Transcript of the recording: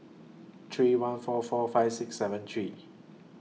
three one four four five six seven three